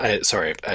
sorry